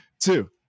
Two